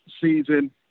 season